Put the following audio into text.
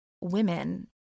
Women